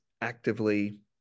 actively